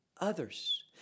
others